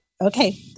Okay